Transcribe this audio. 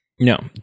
No